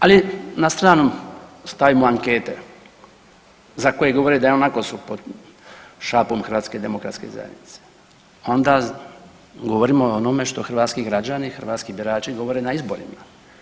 Ali, na stranu stavimo ankete za koje govore da ionako su pod šapom HDZ-a, onda govorimo o onome što hrvatski građani, hrvatski birači govore na izborima.